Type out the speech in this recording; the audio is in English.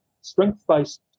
Strength-based